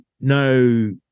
no